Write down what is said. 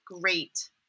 great